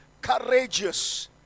courageous